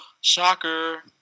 Shocker